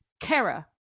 Kara